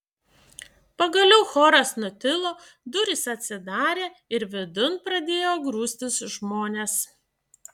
pagaliau choras nutilo durys atsidarė ir vidun pradėjo grūstis žmonės